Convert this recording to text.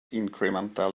incremental